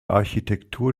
architektur